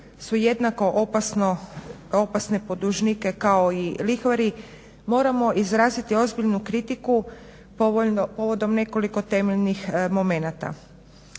su jednako opasne po dužnike kao i lihvari moramo izraziti ozbiljnu kritiku povodom nekoliko temeljnih momenata.